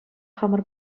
хамӑр